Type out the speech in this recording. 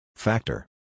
Factor